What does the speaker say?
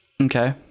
Okay